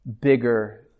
bigger